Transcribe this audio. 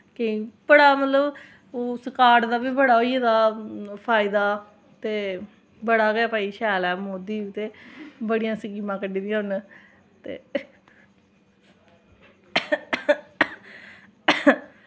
बड़ा मतलब उस कार्ड दा बी बड़ा होई गेदा फायदा ते बड़ा गै शैल ऐ मोदी ते बड़ियां स्कीमां कड्ढी दियां उ'नें ते